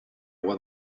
roi